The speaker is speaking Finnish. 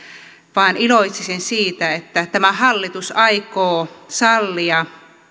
vaan iloitsisin siitä että tämä hallitus aikoo sallia